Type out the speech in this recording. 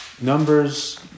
Numbers